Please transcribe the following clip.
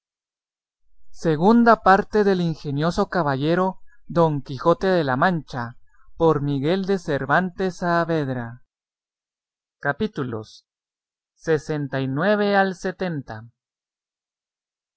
segunda parte del ingenioso caballero don quijote de la mancha por miguel de cervantes saavedra y no